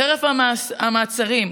חרף המעצרים,